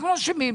אנחנו אשמים.